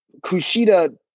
Kushida